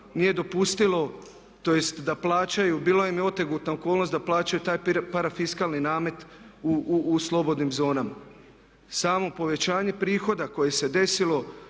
nije dopustilo tj. da plaćaju bila im je otegotna okolnost da plaćaju taj parafiskalni namet u slobodnim zonama. Samo povećanje prihoda koje se desilo